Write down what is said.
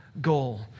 goal